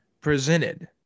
presented